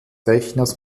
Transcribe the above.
rechners